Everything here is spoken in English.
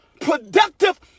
productive